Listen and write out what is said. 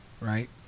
Right